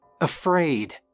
afraid